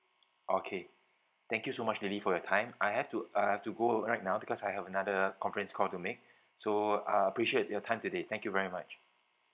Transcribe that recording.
okay thank you so much lily for your time I have to I have to go right now because I have another conference call to make so uh appreciate your time today thank you very much